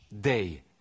day